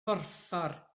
borffor